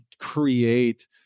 create